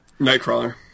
Nightcrawler